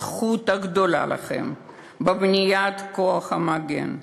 זכות גדולה לכם בבניית כוח המגן.